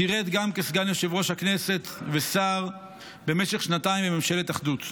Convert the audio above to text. שירת גם כסגן יושב-ראש הכנסת וכשר במשך שנתיים בממשלת אחדות.